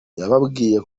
yababwiye